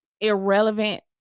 irrelevant